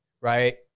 right